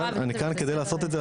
כדי לעשות את זה,